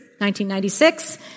1996